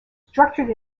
structured